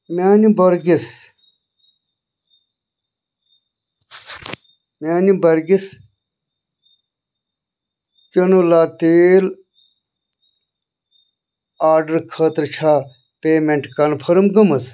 میانہِ برگِس میانہِ برگس کینوٗلا تیل آرڈرٕ خٲطرٕ چھا پیمینٹ کنفٔرم گٔمٕژ